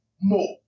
more